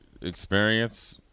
experience